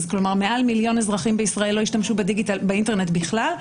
כלומר מעל מיליון אזרחים בישראל לא השתמשו באינטרנט בכלל,